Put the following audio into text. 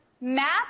map